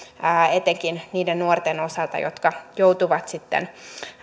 etenkin niiden nuorten osalta jotka joutuvat sitten